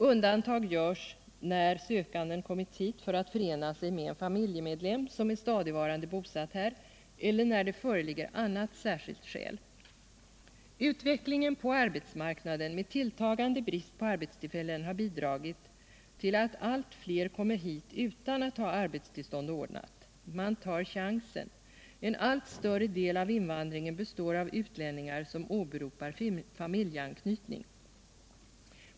Undantag görs när sökanden kommit hit för att förena sig med en familjemedlem som är stadigvarande bosatt här eller när det föreligger annat särskilt skäl. Utvecklingen på arbetsmarknaden med tilltagande brist på arbetstillfällen - Nr 113 har bidragit till att allt fler kommer hit utan att ha arbetstillstånd ordnat. Man Fredagen den tar chansen. En allt större del av invandringen består av utlänningar som 7 april 1978 åberopar familjeanknytning.